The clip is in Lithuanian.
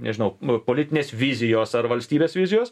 nežinau nu politinės vizijos ar valstybės vizijos